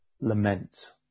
lament